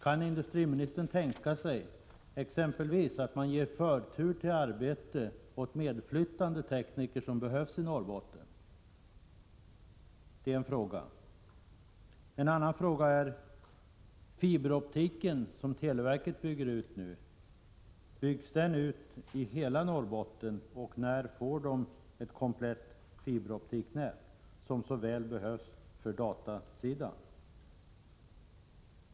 Kan industriministern tänka sig att man exempelvis ger förtur till arbete åt medflyttande till tekniker som behövs i Norrbotten? En annan fråga är: Televerket bygger nu ut ett fiberoptiknät i Norrbotten — byggs det ut i hela Norrbotten? När får Norrbotten ett komplett fiberoptiknät, som så väl behövs för datasidan?